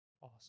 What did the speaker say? awesome